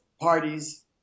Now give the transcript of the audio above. parties